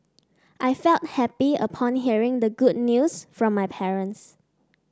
I felt happy upon hearing the good news from my parents